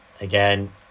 again